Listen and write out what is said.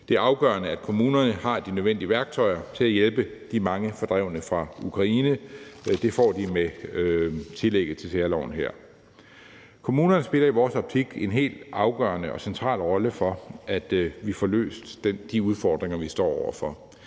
Det er afgørende, at kommunerne har de nødvendige værktøjer til at hjælpe de mange fordrevne fra Ukraine, og det får de med tillægget til særloven her. Kommunerne spiller i vores optik en helt afgørende og central rolle for, at vi får løst de udfordringer, vi står over for.